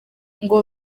ngo